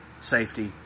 safety